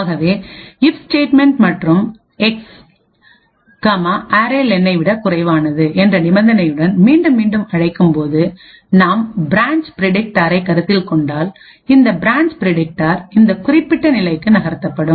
ஆகவே இப் ஸ்டேட்மென்ட் மற்றும் எக்ஸ் அரே லெனைarray len விடக் குறைவானது என்ற நிபந்தனையுடன் மீண்டும் மீண்டும் அழைக்கும்போது நாம் பிரான்ச் பிரடிக்டாரை கருத்தில் கொண்டால் இந்த பிரான்ச் பிரடிக்டார் இந்த குறிப்பிட்ட நிலைக்கு நகர்த்தப்படும்